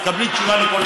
תקבלי תשובה על כל שאלה.